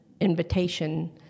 invitation